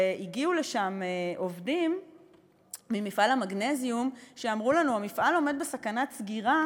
והגיעו לשם עובדים ממפעל המגנזיום שאמרו לנו: המפעל עומד בסכנת סגירה,